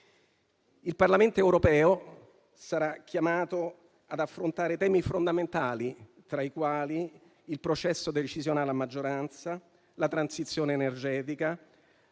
Il Parlamento europeo sarà chiamato ad affrontare temi fondamentali, fra i quali il processo decisionale a maggioranza, la transizione energetica,